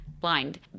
blind